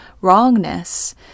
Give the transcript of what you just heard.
wrongness